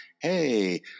hey